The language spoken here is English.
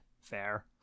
fair